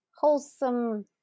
wholesome